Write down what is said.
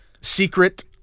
secret